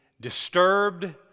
disturbed